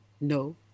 No